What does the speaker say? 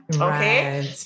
Okay